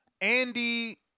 Andy